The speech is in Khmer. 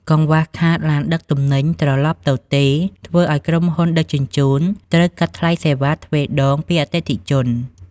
កង្វះខាត "ឡានដឹកទំនិញត្រឡប់ទទេ" ធ្វើឱ្យក្រុមហ៊ុនដឹកជញ្ជូនត្រូវគិតថ្លៃសេវាទ្វេដងពីអតិថិជន។